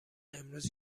امروز